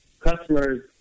customers